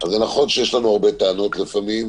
נכון שיש לנו הרבה טענות לפעמים,